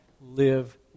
live